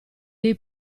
dei